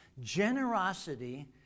Generosity